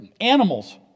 animals